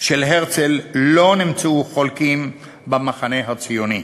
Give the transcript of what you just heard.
הרצל לא נמצאו חולקים במחנה הציוני.